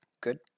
Good